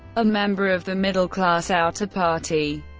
a member of the middle class outer party,